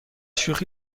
شوخی